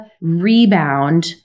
rebound